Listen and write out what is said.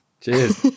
Cheers